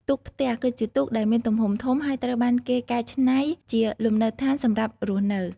ទូកផ្ទះ គឺជាទូកដែលមានទំហំធំ ហើយត្រូវបានគេកែច្នៃជាលំនៅដ្ឋានសម្រាប់រស់នៅ។